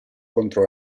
contro